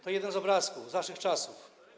To jeden z obrazków z waszych czasów.